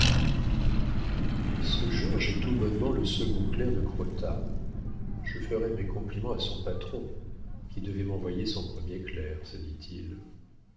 ce georges est tout bonnement le second clerc de crottat je ferai mes compliments à son patron qui devait m'envoyer son premier clerc se dit-il